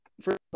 first